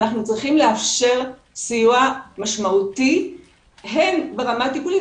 אנחנו צריכים לאפשר סיוע משמעותי הן ברמה טיפולית,